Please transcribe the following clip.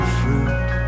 fruit